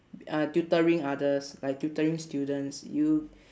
uh tutoring others like tutoring students you